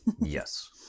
Yes